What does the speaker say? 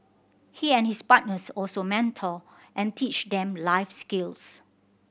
he and his partners also mentor and teach them life skills